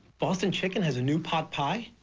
boston chicken has a new pot pie?